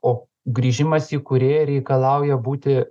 o grįžimas į kūrėją reikalauja būti